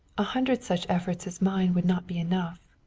a hundred such efforts as mine would not be enough.